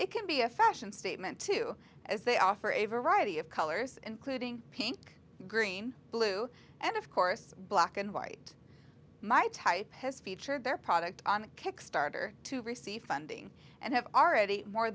it can be a fashion statement too as they offer a variety of colors including pink green blue and of course black and white my type has featured their product on kickstarter to receive funding and have already more